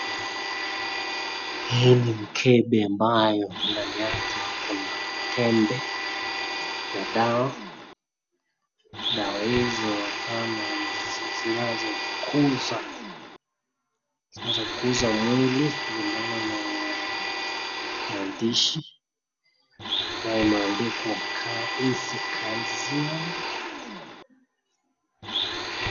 Hii ni mkebe ambayo ndani yake kuna tembe ya dawa, dawa hizi huwa kama zinazokuza, zinazokuza mwili kulingana na maandishi ambayo imeandikwa "caecicasium".